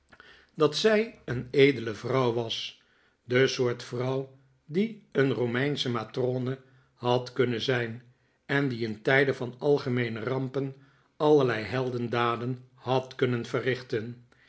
dat zij een edele vrouw was de soort vrouw die een romeins che matrone had kunhen zijn en die in tijden van algemeene rampen allerlei heldendaden had kunnen verrichten